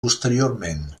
posteriorment